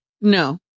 No